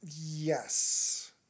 yes